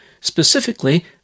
Specifically